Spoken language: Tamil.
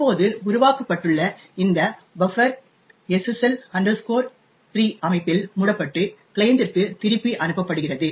இப்போது உருவாக்கப்பட்டுள்ள இந்த பஃப்பர் SSL 3 அமைப்பில் மூடப்பட்டு கிளையண்டிற்கு திருப்பி அனுப்பப்படுகிறது